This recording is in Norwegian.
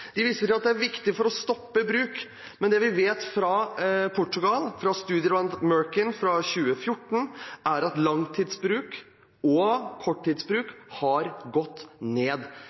til at det er viktig for å stoppe bruk, men det vi vet fra Portugal, fra en studie utført av Murkin fra 2014, er at langtidsbruk og korttidsbruk har gått ned.